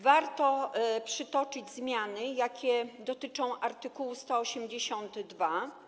Warto przytoczyć zmiany, jakie dotyczą art. 182.